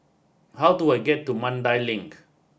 how do I get to Mandai Link